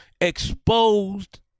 Exposed